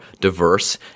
diverse